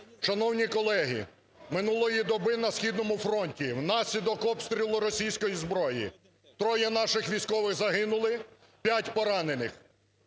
Шановні колеги, минулої доби на східному фронті внаслідок обстрілу російської зброї троє наших військових загинули, п'ять поранених.